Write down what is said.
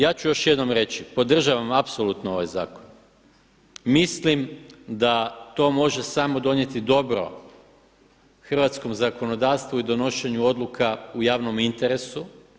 Ja ću još jednom reći, podržavam apsolutno ovaj zakon, mislim da to može samo donijeti dobro hrvatskom zakonodavstvu i donošenju odluka u javnom interesu.